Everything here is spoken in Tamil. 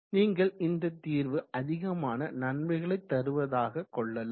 நீங்கள் இந்த தீர்வு அதிகமான நன்மைகளை தருவதாக கொள்ளலாம்